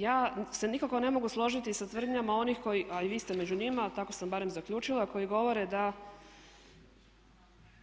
Ja se nikako ne mogu složiti sa tvrdnjama onih koji a i vi ste među njima, tako sam barem zaključila koji govore da